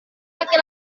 laki